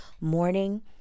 morning